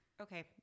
okay